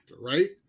right